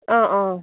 অঁ অঁ